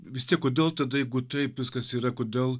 vis tiek kodėl tada jeigu taip viskas yra kodėl